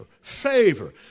favor